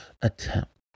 attempt